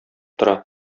тора